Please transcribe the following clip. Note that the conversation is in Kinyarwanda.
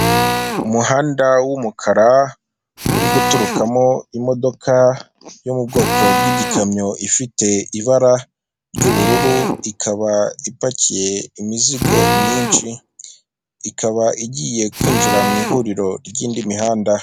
Umuhanda w'umukara uri guturukamo imodoka yo mu bwoko bw'igikamyo ifite ibara ry'ubururu, ikaba ipakiye imizigo myinshi ikaba igiye kwinjira mu ihuriro ry'indi mihanda.